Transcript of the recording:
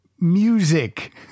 music